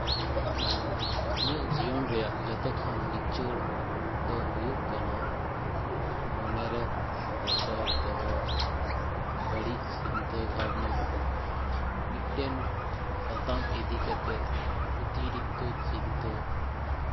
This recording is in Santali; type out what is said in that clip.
ᱟᱨ ᱤᱧᱟᱹᱜ ᱡᱤᱭᱚᱱ ᱨᱮᱭᱟᱜ ᱡᱚᱛᱚ ᱠᱷᱚᱱ ᱞᱤᱪᱟᱹᱲ ᱫᱚ ᱦᱩᱭᱩᱜ ᱠᱟᱱᱟ ᱢᱚᱱᱮ ᱨᱮ ᱵᱚᱛᱚᱨ ᱫᱚᱦᱚ ᱵᱟᱹᱲᱤᱡ ᱪᱤᱱᱛᱟᱹ ᱵᱷᱟᱵᱱᱟ ᱤᱫᱴᱮᱱ ᱥᱟᱛᱟᱢ ᱤᱫᱤ ᱠᱟᱛᱮᱫ ᱚᱛᱤᱨᱤᱠᱛᱚ ᱪᱤᱱᱛᱟᱹ